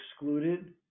excluded